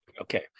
okay